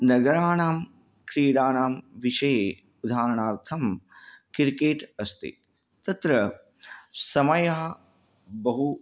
नगराणां क्रीडानां विषये उदाहरणार्थं क्रिकेट् अस्ति तत्र समयः बहु